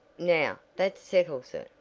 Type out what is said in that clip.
now, that settles it,